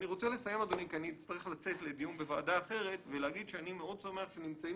אני רוצה לסיים ולומר שאני מאוד שמח שנמצאים